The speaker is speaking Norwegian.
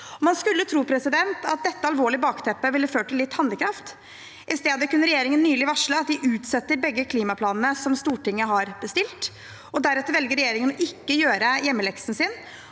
Man skulle tro at dette alvorlige bakteppet ville ført til litt handlekraft. I stedet kunne regjeringen nylig varsle at de utsetter begge klimaplanene som Stortinget har bestilt, og deretter velger regjeringen å ikke gjøre hjemmeleksen sin